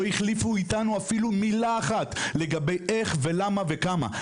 לא החליפו איתנו מילה אחת לגבי איך, למה וכמה.